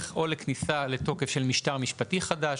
או לכניסה לתוקף של משטר משפטי חדש,